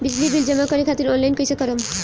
बिजली बिल जमा करे खातिर आनलाइन कइसे करम?